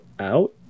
out